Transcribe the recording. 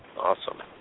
Awesome